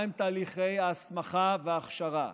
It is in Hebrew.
מהם תהליכי ההסמכה וההכשרה,